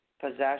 Possession